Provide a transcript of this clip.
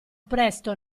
presto